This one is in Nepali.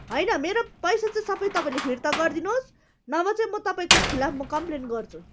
होइन मेरो पैसा चाहिँ सबै तपाईँले फिर्ता गरिदिनुहोस् नभए चाहिँ म तपाईँको खिलाफ म कम्प्लेन गर्छु